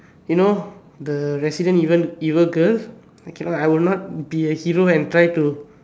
you know the resident evil evil girl I cannot I will not be a hero and try to